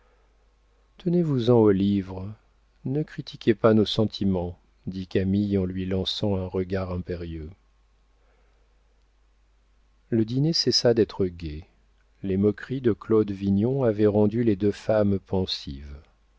tenez vous en aux livres ne critiquez pas nos sentiments dit camille en lui lançant un regard impérieux le dîner cessa d'être gai les moqueries de claude vignon avaient rendu les deux femmes pensives